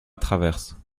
traverse